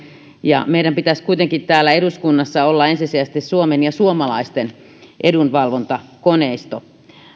ja meidän pitäisi kuitenkin täällä eduskunnassa olla ensisijaisesti suomen ja suomalaisten edunvalvontakoneisto